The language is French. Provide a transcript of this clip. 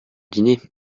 dîner